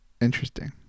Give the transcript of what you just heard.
Interesting